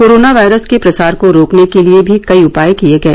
corona virus के प्रसार को रोकने के लिए भी कई उपाय किये गए